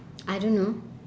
I don't know